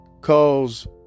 Cause